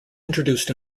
introduced